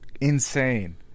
insane